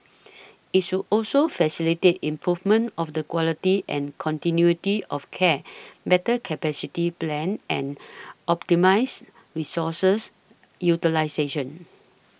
it should also facilitate improvement of the quality and continuity of care better capacity plan and optimise resources utilisation